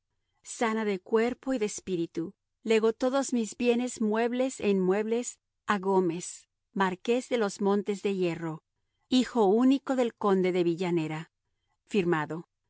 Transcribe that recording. sana de cuerpo y de espíritu lego todos mis bienes muebles e inmuebles a gómez marqués de los montes de hierro hijo único del conde de villanera